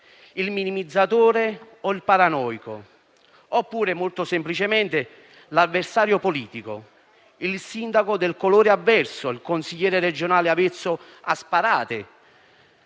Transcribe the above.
il minimizzatore o il paranoico; oppure, molto semplicemente, l'avversario politico, il sindaco del colore avverso, il consigliere regionale avvezzo a sparate,